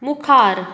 मुखार